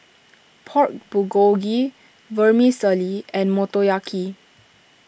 Pork Bulgogi Vermicelli and Motoyaki